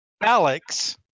Alex